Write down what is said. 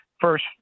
first